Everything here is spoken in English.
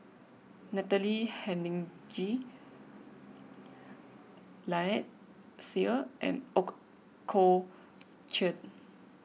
Natalie Hennedige Lynnette Seah and Ooi Kok Chuen